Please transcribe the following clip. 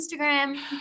Instagram